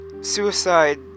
suicide